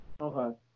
Okay